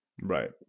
Right